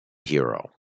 hero